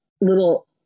little